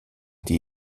die